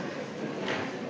Hvala